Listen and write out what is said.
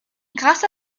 grâce